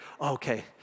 okay